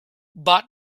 but